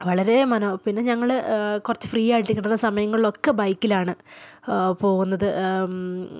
വളരേ മനോഹരം പിന്നെ ഞങ്ങൾ ഫ്രീ ആയിട്ട് കിട്ടുന്ന സമയങ്ങളിലൊക്കെ ബൈക്കിലാണ് പോവുന്നത്